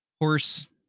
horse